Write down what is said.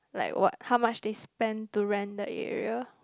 like what how much they spend to rent the area